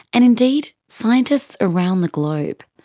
and indeed scientists around the globe.